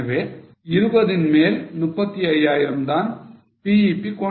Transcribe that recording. எனவே 20 இன் மேல் 35000 தான் BEP quantity